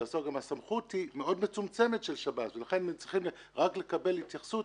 הסמכות היא מאוד מצומצמת של שב"ס ולכן הם צריכים רק לקבל התייחסות